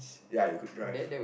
ya you could drive